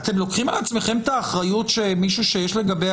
אתם לוקחים על עצמכם את האחריות שמישהי שיש לגביה